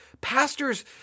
pastors